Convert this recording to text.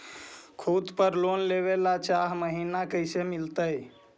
खूत पर लोन लेबे ल चाह महिना कैसे मिलतै?